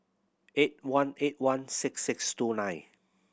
eight one eight one six six two nine